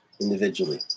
Individually